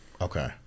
Okay